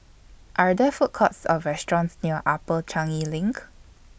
Are There Food Courts Or restaurants near Upper Changi LINK